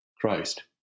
Christ